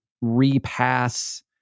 repass